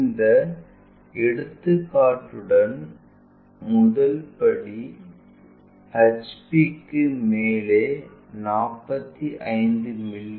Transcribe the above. இந்த எடுத்துக்காட்டுகள் முதல் படி HP க்கு மேலே 45 மி